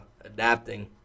adapting